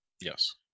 yes